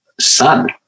son